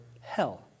hell